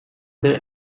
their